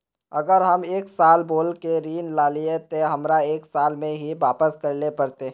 अगर हम एक साल बोल के ऋण लालिये ते हमरा एक साल में ही वापस करले पड़ते?